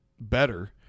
better